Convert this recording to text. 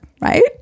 right